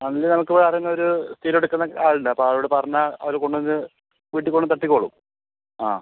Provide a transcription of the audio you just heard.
കല്ല് നമുക്ക് അറിയുന്നൊരു സ്ഥിരം എടുക്കുന്ന ആളുണ്ട് അപ്പോൾ അവരോട് പറഞ്ഞാൽ അവര് കൊണ്ടുവന്ന് വീട്ടിക്കൊണ്ട് തട്ടിക്കോളും ആ